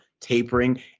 tapering